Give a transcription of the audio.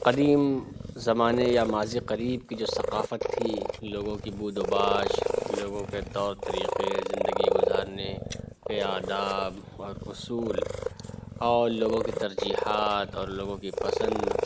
قدیم زمانے یا ماضی قریب کی جو ثقافت تھی لوگوں کی بود و باش لوگوں کے طور طریقے زندگی گزارنے کے آداب اور اصول اور لوگوں کی ترجیحات اور لوگوں کی پسند